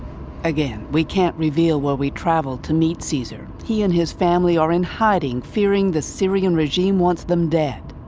again, we can't reveal where we travelled to meet caesar. he and his family are in hiding, fearing the syrian regime wants them dead.